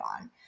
on